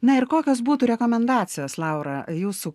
na ir kokios būtų rekomendacijos laura jūsų